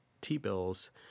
T-bills